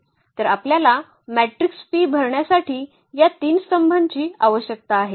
तर आपल्याला matrix P भरण्यासाठी या 3 स्तंभांची आवश्यकता आहे